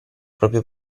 proprio